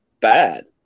bad